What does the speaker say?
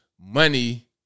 money